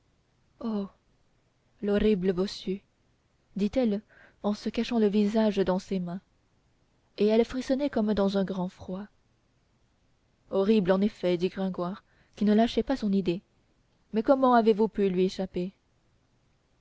l'horrible bossu dit-elle en se cachant le visage dans ses mains et elle frissonnait comme dans un grand froid horrible en effet dit gringoire qui ne lâchait pas son idée mais comment avez-vous pu lui échapper